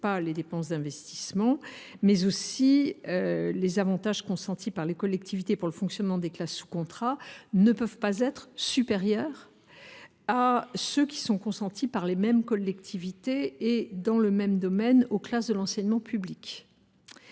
non les dépenses d’investissement. Par ailleurs, les avantages consentis par les collectivités pour le fonctionnement des classes sous contrat ne peuvent pas être supérieurs à ceux qui sont consentis par les mêmes collectivités et dans le même domaine aux classes de l’enseignement public.